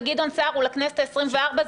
וגדעון סער הוא לכנסת העשרים-וארבע.